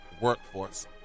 workforce